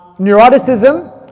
Neuroticism